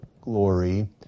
glory